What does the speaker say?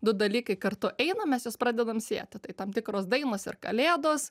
du dalykai kartu eina mes juos pradedam sieti tai tam tikros dainos ir kalėdos